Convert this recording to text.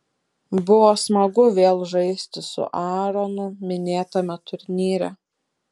buvo smagu vėl žaisti su aaronu minėtame turnyre